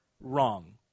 wrong